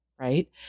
right